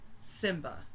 Simba